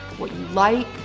what you like,